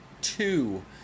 two